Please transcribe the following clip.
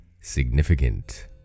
significant